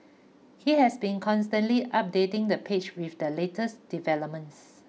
he has been constantly updating the page with the latest developments